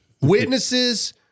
witnesses